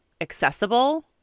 accessible